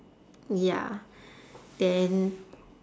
ya then